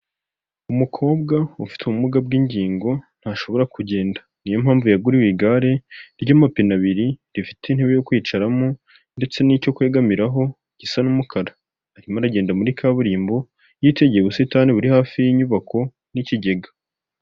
Umukobwa ufite ubumuga bw'ingingo ntashobora kugenda, niyo mpamvu yaguriwe igare ry'amapine abiri, rifite intebe yo kwicaramo, ndetse n'icyo kwegamiraho gisa n'umukara, arimo aragenda muri kaburimbo yitegeye ubusitani buri hafi y'inyubako n'ikigega.